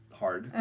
hard